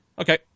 Okay